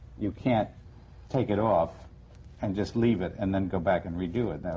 you can't take it off and just leave it and then go back and re-do it,